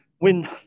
Win